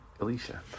Alicia